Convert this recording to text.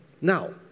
Now